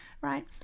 Right